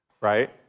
right